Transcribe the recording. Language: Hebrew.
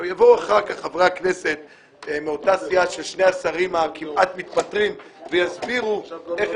יבואו אחר כך חברי כנסת מהסיעה של שני השרים הכמעט מתפטרים ויסבירו איך